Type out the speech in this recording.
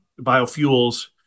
biofuels